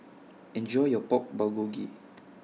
Enjoy your Pork Bulgogi